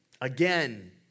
Again